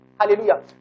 Hallelujah